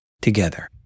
together